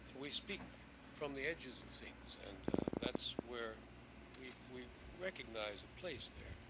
we speak from the edges of things and that's where we we recognize a place there.